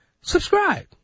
Subscribe